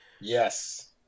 Yes